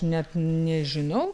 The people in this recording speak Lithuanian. net nežinau